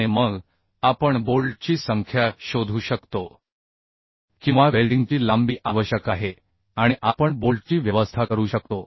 आणि मग आपण बोल्टची संख्या शोधू शकतो किंवा वेल्डिंगची लांबी आवश्यक आहे आणि आपण बोल्टची व्यवस्था करू शकतो